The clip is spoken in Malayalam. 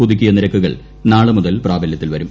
പുതുക്കിയ നിരക്കുകൾ നാളെ മുതൽ പ്രാബല്യത്തിൽവരും